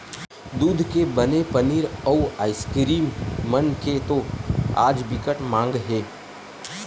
दूद के बने पनीर, अउ आइसकीरिम मन के तो आज बिकट माग हे